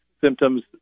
symptoms